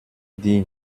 dit